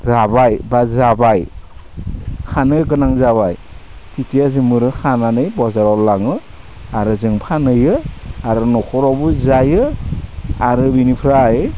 राबाय बा जाबाय खानो गोनां जाबाय तितिया जोंबो खानानै बाजाराव लाङो आरो जों फानहैयो आरो न'खरावबो जायो आरो बिनिफ्राय